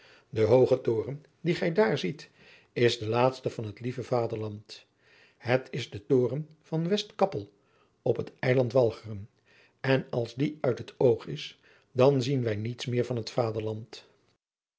de hooge toren dien gij daar ziet is de laatste van het lieve vaderland het is de toren van westkappel op het eiland walcheren en als die uit het oog is dan zien wij niets meer van het vaderland